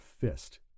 fist